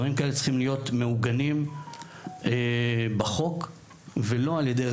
צריכים להיות מעוגנים בחוק ולא לפעול רק על ידי